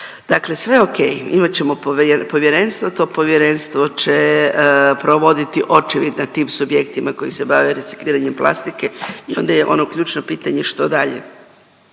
Dakle sve o.k. Imat ćemo povjerenstvo. To povjerenstvo će provoditi očevid nad tim subjektima koji se bave recikliranjem plastike i onda je ono ključno pitanje što dalje?